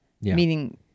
Meaning